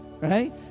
right